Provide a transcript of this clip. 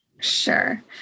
Sure